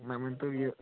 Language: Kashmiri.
مےٚ ؤنۍ تَو یہِ